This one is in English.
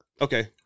Okay